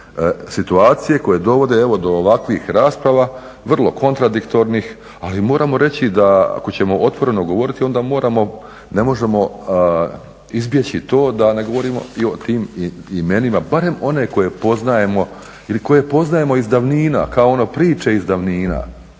situacije koje dovode evo do ovakvih rasprava vrlo kontradiktornih ali moramo reći da ako ćemo otvoreno govoriti onda moramo, ne možemo izbjeći to da ne govorimo i o tim imenima barem one koje poznajemo ili koje poznajemo iz davnina